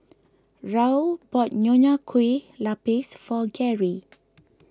Raul bought Nonya Kueh Lapis for Garry